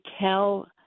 tell